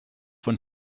von